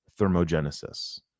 thermogenesis